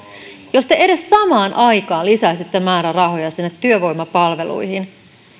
jos te edes samaan aikaan lisäisitte määrärahoja sinne työvoimapalveluihin